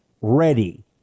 ready